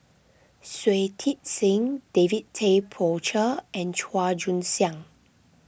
Shui Tit Sing David Tay Poey Cher and Chua Joon Siang